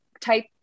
type